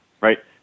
right